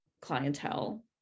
clientele